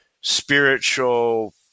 spiritual